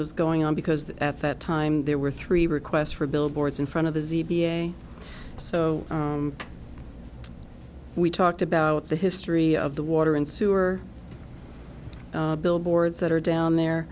was going on because at that time there were three requests for billboards in front of the z v a so we talked about the history of the water and sewer billboards that are down there